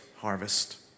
harvest